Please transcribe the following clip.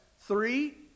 Three